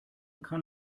kann